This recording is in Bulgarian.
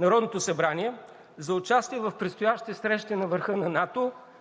Народното събрание за участие в предстоящите срещи на върха на НАТО,